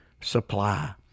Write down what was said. supply